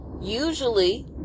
usually